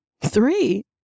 Three